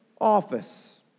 office